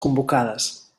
convocades